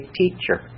teacher